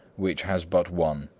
which has but one.